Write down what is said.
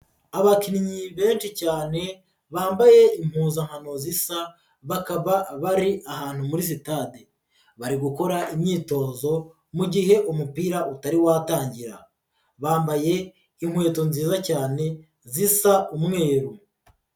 Abakinnyi benshi cyane bambaye impuzankano zisa bakaba bari ahantu muri sitade bari gukora imyitozo mu gihe umupira utari watangira, bambaye inkweto nziza cyane zisa umweru.